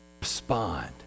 respond